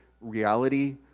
reality